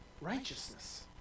righteousness